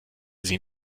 sie